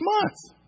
months